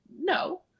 No